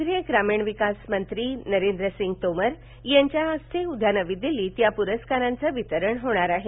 केंद्रीय ग्रामीण विकास मंत्री नरेंद्रसिंह तोमर यांच्या हस्ते उद्या नवी दिल्लीत या पुरस्कारांचं वितरण होणार आहे